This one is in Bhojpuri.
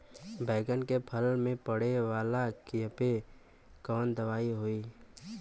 बैगन के फल में पड़े वाला कियेपे कवन दवाई होई?